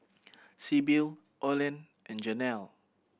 Sibyl Olen and Janel